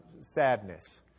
sadness